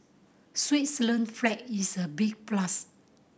Switzerland flag is a big plus